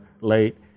late